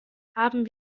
haben